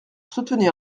soutenir